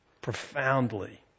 profoundly